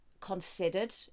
considered